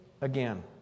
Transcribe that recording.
again